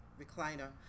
recliner